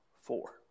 four